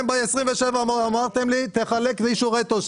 ב-27 לחודש אמרתם לי: תחלק אישורי תושב,